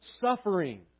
suffering